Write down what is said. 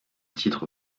titre